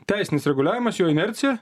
teisinis reguliavimas jo inercija